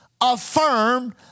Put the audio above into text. affirmed